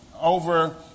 over